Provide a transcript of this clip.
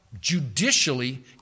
judicially